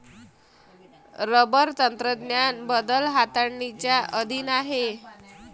rubber तंत्रज्ञान बदल हाताळणीच्या अधीन आहे